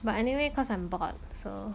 but anyway cause I'm bored so